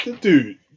dude